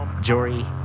Jory